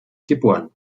geboren